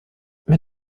mit